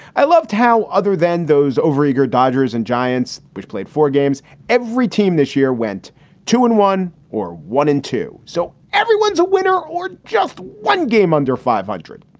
i loved how, other than those overeager dodgers and giants, which played four games every team this year, went to win one or one and two. so everyone's a winner or just one game under five hundred.